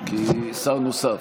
כי, שר נוסף.